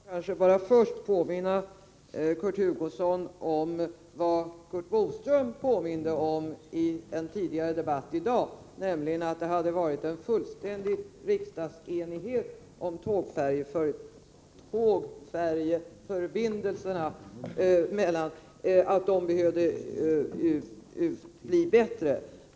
Fru talman! Jag får kanske först påminna Kurt Hugosson om vad Curt Boström påpekade i en tidigare debatt i dag, nämligen att det har varit en fullständig riksdagsenighet om att tåg-färje-förbindelserna behöver bli bättre.